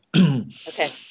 Okay